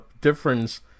difference